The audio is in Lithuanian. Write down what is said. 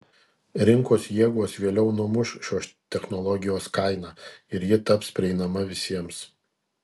rinkos jėgos vėliau numuš šios technologijos kainą ir ji taps prieinama visiems